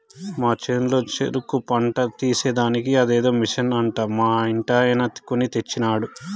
మా చేనులో చెరుకు పంట తీసేదానికి అదేదో మిషన్ అంట మా ఇంటాయన కొన్ని తెచ్చినాడు